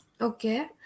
Okay